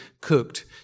cooked